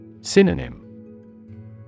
Synonym